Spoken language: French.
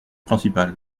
principal